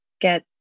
get